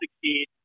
succeed